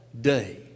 day